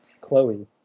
Chloe